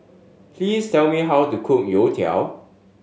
please tell me how to cook youtiao